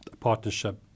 partnership